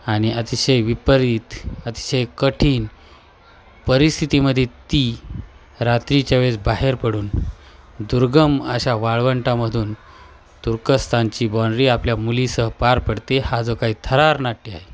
आणि अतिशय विपरीत अतिशय कठीण परिस्थितीमध्ये ती रात्रीच्या वेळेस बाहेर पडून दुर्गम अशा वाळवंटामधून तुर्कस्तानची बाँड्री आपल्या मुलीसह पार पडते हा जो काही थरार नाट्य आहे